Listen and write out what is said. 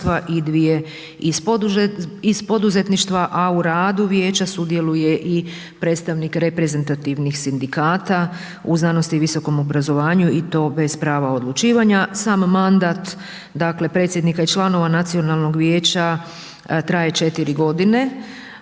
i 2 iz poduzetništva a u radu Vijeća sudjeluje i predstavnik reprezentativnih sindikata u znanosti i visokom obrazovanju i to bez prava odlučivanja. Sam mandat dakle predsjednika i članova Nacionalnog vijeća traje 4 godine